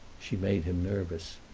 she made him nervous.